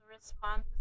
respond